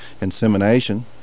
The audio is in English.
Insemination